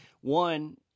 One